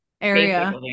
area